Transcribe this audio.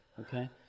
Okay